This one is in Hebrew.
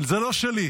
זה לא שלי.